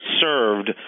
served